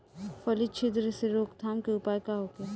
फली छिद्र से रोकथाम के उपाय का होखे?